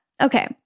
Okay